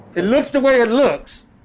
it looks the way it looks.